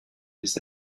his